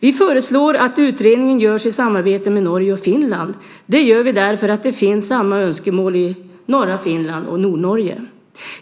Vi föreslår att utredningen görs i samarbete med Norge och Finland eftersom det finns samma önskemål i norra Finland och i Nordnorge.